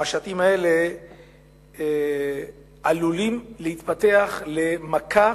המשטים האלה עלולים להתפתח למכה